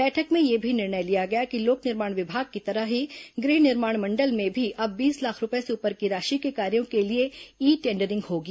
बैठक में यह भी निर्णय लिया गया कि लोक निर्माण विभाग की तरह ही गृह निर्माण मंडल में भी अब बीस लाख रूपए से ऊपर की राशि के कार्यों के लिए ई टेंडरिंग होगी